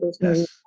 Yes